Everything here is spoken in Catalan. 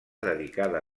dedicada